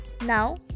Now